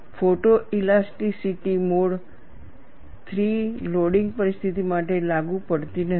photoelasticity mode III loading પરિસ્થિતિ માટે લાગુ પડતી નથી